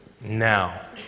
now